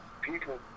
people